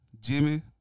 Jimmy